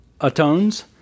Atones